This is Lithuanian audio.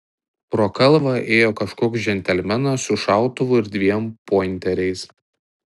pro kalvą ėjo kažkoks džentelmenas su šautuvu ir dviem pointeriais